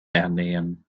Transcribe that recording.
ernähren